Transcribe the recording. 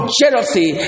jealousy